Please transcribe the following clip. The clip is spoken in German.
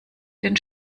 den